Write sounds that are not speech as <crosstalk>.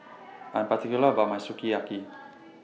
<noise> I'm particular about My Sukiyaki